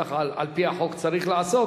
כך על-פי החוק צריך לעשות,